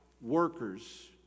workers